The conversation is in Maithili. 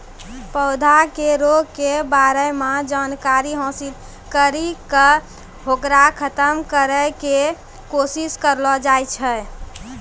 पौधा के रोग के बारे मॅ जानकारी हासिल करी क होकरा खत्म करै के कोशिश करलो जाय छै